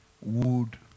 wood